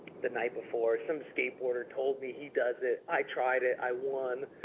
the night before. some skateboarder told me he does it. i tried it, i won.